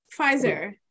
Pfizer